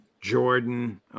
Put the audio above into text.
Jordan